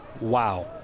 Wow